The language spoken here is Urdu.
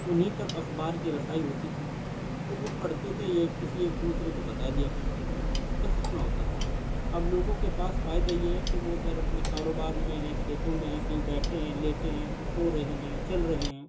انہیں تک اخبار کی رسائی ہوتی تھی اور وہ پڑھتے تھے یہ کسی ایک دوسرے کو بتا دیا کرتے تھے بس اتنا ہوتا ہے اب لوگوں کے پاس فائدہ یہ ہے کہ وہ گر اپنے کاروبار میں ہیں کھیتوں میں ہیں کہیں بیٹھے ہیں لیٹے ہیں سو رہے ہیں چل رہے ہیں